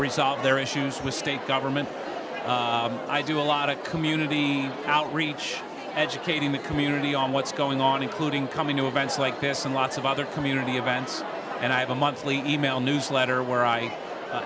resolve their issues with state government i do a lot of community outreach educating the community on what's going on including coming to events like this and lots of other community events and i have a monthly e mail newsletter where i